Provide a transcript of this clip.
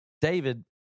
David